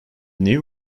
new